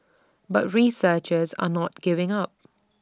but researchers are not giving up